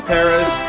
Paris